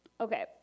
Okay